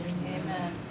Amen